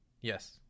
Yes